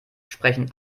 sprechen